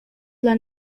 dla